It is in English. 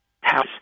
house